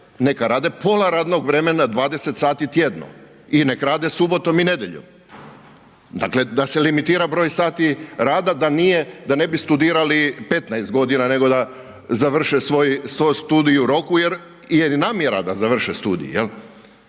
neka rade pola radnog vremena, 20 sati tjedno i nek rade subotom i nedjeljom. Dakle da se limitira broj sati rada da ne bi studirali 15 g. nego da završe svoj studij u roku jer je i namjera da završe studij,